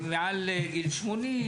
מעל גיל 80,